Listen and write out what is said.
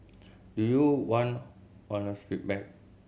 do you want honest feedback